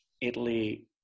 Italy